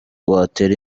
watera